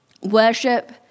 Worship